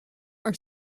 are